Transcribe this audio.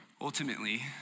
Ultimately